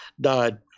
died